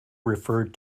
referred